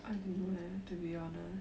I don't know leh to be honest